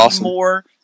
more